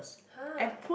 [huh]